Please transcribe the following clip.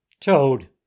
Toad